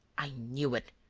i knew it,